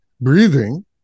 Breathing